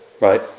Right